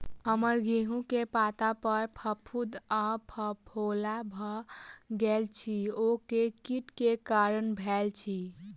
हम्मर गेंहूँ केँ पत्ता पर फफूंद आ फफोला भऽ गेल अछि, ओ केँ कीट केँ कारण भेल अछि?